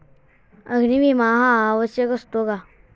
अग्नी विमा हा आवश्यक असतो का?